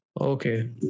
Okay